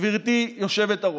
גברתי היושבת-ראש: